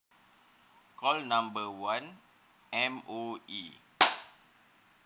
call number one M_O_E